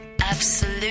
Absolute